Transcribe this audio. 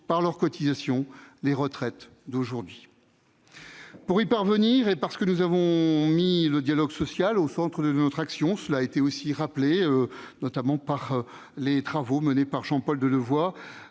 par leurs cotisations les retraites d'aujourd'hui. Pour y parvenir et parce que nous avons mis le dialogue social au centre de notre action, les travaux menés par Jean-Paul Delevoye